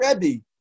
Rebbe